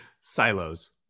Silos